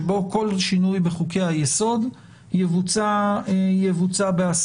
על פיו כל שינוי בחוקי יסוד יבוצע בהסכמה.